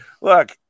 Look